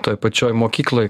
toj pačioj mokykloj